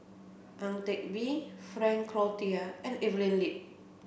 Ang Teck Bee Frank Cloutier and Evelyn Lip